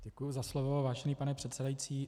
Děkuji za slovo, vážený pane předsedající.